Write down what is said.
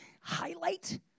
highlight